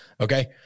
okay